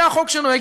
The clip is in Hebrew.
זה החוק שנוהג,